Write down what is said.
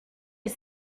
est